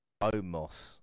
omos